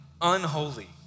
unholy